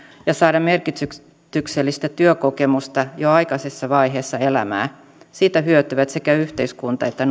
ja saada merkityksellistä työkokemusta jo aikaisessa vaiheessa elämää siitä hyötyvät sekä yhteiskunta että